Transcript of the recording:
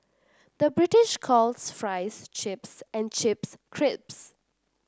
the British calls fries chips and chips crisps